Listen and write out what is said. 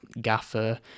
gaffer